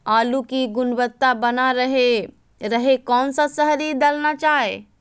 आलू की गुनबता बना रहे रहे कौन सा शहरी दलना चाये?